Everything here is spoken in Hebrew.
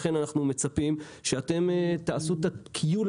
לכן אנחנו מצפים שאתם תעשו את הכיול